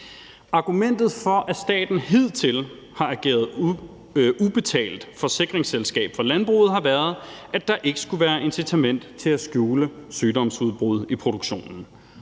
Argumentet for, at staten hidtil har ageret ubetalt forsikringsselskab for landbruget har været, at der ikke skulle være et incitament til at skjule sygdomsudbrud i produktionen,